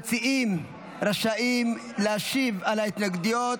המציעים רשאים להשיב להתנגדויות.